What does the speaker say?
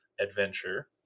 adventure